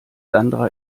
sandra